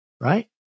Right